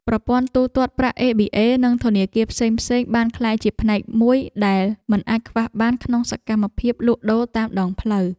ប្រព័ន្ធទូទាត់ប្រាក់អេប៊ីអេ និងធនាគារផ្សេងៗបានក្លាយជាផ្នែកមួយដែលមិនអាចខ្វះបានក្នុងសកម្មភាពលក់ដូរតាមដងផ្លូវ។